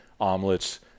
omelets